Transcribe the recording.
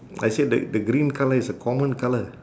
I said the the green colour is a common colour